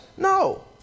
No